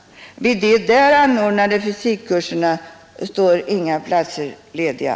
Vid de där anordnade fysikkurserna står inga platser lediga.